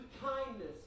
kindness